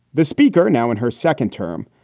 the speaker, now in her second term.